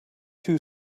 two